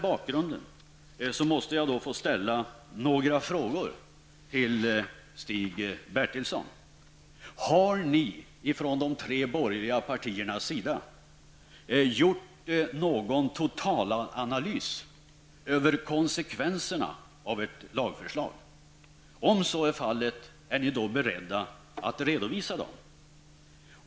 Har ni ifrån de tre borgerliga partierna gjort någon totalanalys över konsekvenserna av ert lagförslag? Om så är fallet, är ni beredda att redovisa dem?